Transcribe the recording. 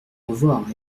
revoir